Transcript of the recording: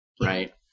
Right